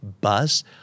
Buzz